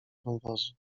wąwozu